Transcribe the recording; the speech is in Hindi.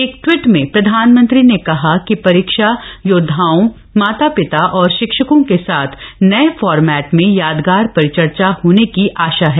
एक ट्वीट में प्रधानमंत्री ने कहा कि परीक्षा योद्धाओं माता पिता और शिक्षकों के साथ नये फॉरमेट में यादगार परिचर्चा होने की आशा है